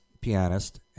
pianist